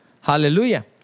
hallelujah